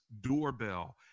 doorbell